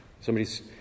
Somebody's